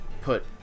put